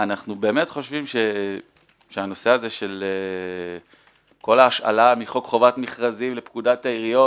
אנחנו חושבים שכל ההשאלה מחוק חובת המכרזים לפקודת העיריות